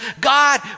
God